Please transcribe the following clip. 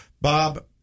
Bob